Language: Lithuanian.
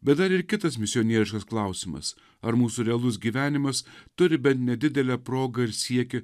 bet dar ir kitas misionieriškas klausimas ar mūsų realus gyvenimas turi bent nedidelę progą ir siekį